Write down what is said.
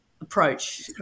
Approach